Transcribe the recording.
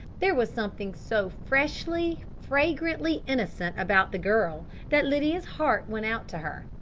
there was something so freshly, fragrantly innocent about the girl that lydia's heart went out to her,